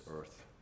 earth